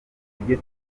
ibyo